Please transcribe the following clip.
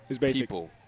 people